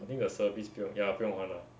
I think the service 不用 ya 不用还 lah